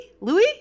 Louis